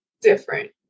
different